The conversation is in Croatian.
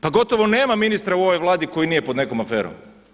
Pa gotovo nema ministra u ovoj Vladi koji nije pod nekom aferom.